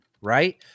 right